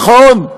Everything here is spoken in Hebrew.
נכון?